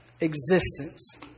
existence